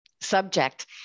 subject